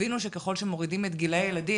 תבינו שככל שמורידים את גילאי הילדים,